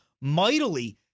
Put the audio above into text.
mightily